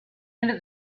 into